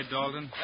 Dalton